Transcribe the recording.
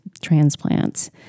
transplants